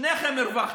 שניכם הרווחתם.